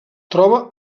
troba